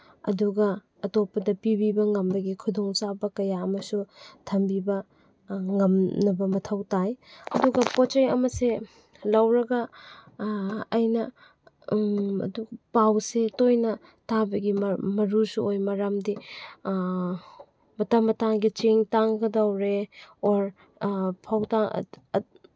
ꯑꯗꯨꯒ ꯑꯇꯣꯞꯄꯗ ꯄꯤꯕꯤꯕ ꯉꯝꯕꯒꯤ ꯈꯨꯗꯣꯡꯆꯥꯕ ꯀꯌꯥ ꯑꯃꯁꯨ ꯊꯝꯕꯤꯕ ꯉꯝꯅꯕ ꯃꯊꯧ ꯇꯥꯏ ꯑꯗꯨꯒ ꯄꯣꯠ ꯆꯩ ꯑꯃꯁꯦ ꯂꯧꯔꯒ ꯑꯩꯅ ꯑꯗꯨꯨ ꯄꯥꯎꯁꯦ ꯇꯣꯏꯅ ꯇꯥꯕꯒꯤ ꯃꯔꯨꯁꯨ ꯑꯣꯏ ꯃꯔꯝꯗꯤ ꯃꯇꯝ ꯃꯇꯥꯡꯒꯤ ꯆꯦꯡ ꯇꯥꯡꯒꯗꯧꯔꯦ ꯑꯣꯔ ꯐꯧ